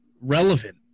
relevant